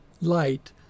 light